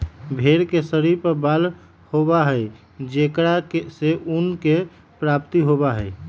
भेंड़ के शरीर पर बाल होबा हई जेकरा से ऊन के प्राप्ति होबा हई